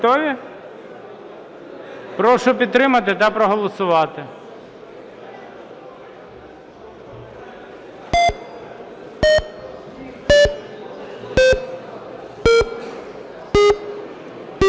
Готові? Прошу підтримати та проголосувати.